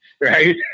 right